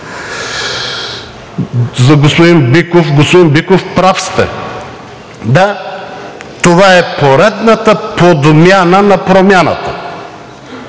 Господин Биков, прав сте. Да, това е поредната подмяна на промяната.